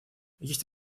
есть